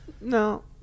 No